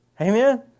Amen